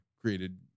created